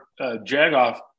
jagoff